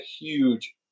huge